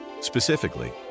Specifically